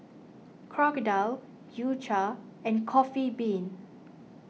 Crocodile U Cha and Coffee Bean